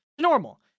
normal